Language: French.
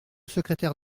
secrétaire